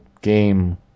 game